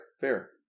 fair